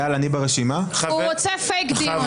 הוא רוצה פייק דיון.